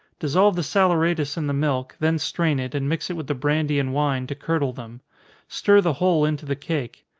dissolve the saleratus in the milk, then strain it, and mix it with the brandy and wine, to curdle them stir the whole into the cake.